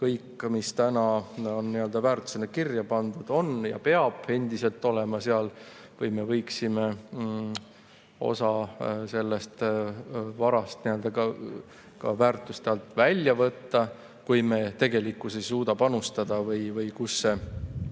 kõik, mis täna on väärtusena kirja pandud, peab endiselt olema seal või me võiksime osa sellest varast ka väärtuste alt välja võtta, kui me tegelikkuses ei suuda panustada [sellesse]?